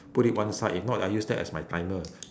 put it one side if not I use that as my timer